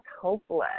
hopeless